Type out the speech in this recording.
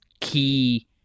key